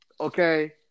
okay